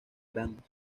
grandes